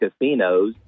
casinos